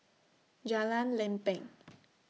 Jalan Lempeng